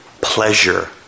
Pleasure